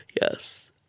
Yes